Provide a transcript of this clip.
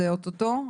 זה אוטוטו,